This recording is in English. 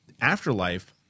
Afterlife